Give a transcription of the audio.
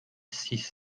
six